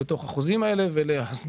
בתוך החוזים האלה ולהסדרת